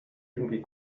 irgendwie